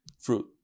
fruit